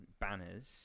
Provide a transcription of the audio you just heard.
banners